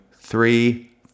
three